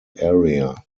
area